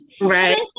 Right